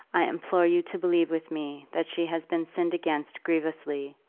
i implore you to believe with me that she has been sinned against grievously,